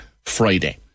Friday